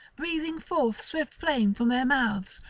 breathing forth swift flame from their mouths,